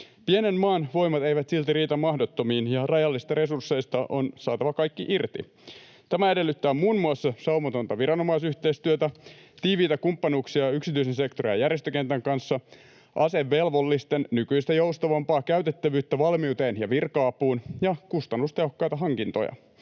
Pienen maan voimat eivät silti riitä mahdottomiin, ja rajallisista resursseista on saatava kaikki irti. Tämä edellyttää muun muassa saumatonta viranomaisyhteistyötä, tiiviitä kumppanuuksia yksityisen sektorin ja järjestökentän kanssa, asevelvollisten nykyistä joustavampaa käytettävyyttä valmiuteen ja virka-apuun ja kustannustehokkaita hankintoja.